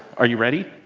are you ready,